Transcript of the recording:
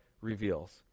reveals